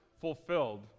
fulfilled